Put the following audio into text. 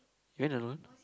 you ran alone